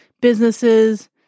businesses